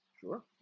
Sure